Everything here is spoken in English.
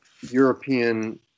European